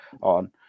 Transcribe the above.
on